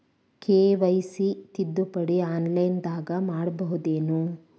KYC ತಿದ್ದುಪಡಿ ಆನ್ಲೈನದಾಗ್ ಮಾಡ್ಬಹುದೇನು?